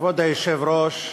כבוד היושב-ראש,